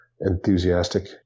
enthusiastic